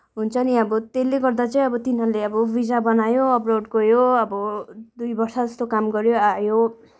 हुन्छ नि अब त्यसले गर्दा अब चाहिँ तिनीहरूले अब भिजा बनायो अब्रोड गयो अब दुई वर्ष जस्तो काम गर्यो आयो